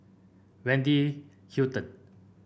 Wendy Hutton